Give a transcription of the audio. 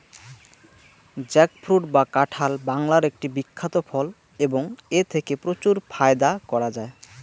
jackfruit বা কাঁঠাল বাংলার একটি বিখ্যাত ফল এবং এথেকে প্রচুর ফায়দা করা য়ায়